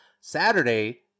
Saturday